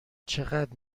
چقدر